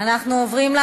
על